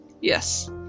Yes